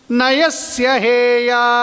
Nayasyaheya